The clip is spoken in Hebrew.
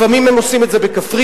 לפעמים הם עושים את זה בקפריסין,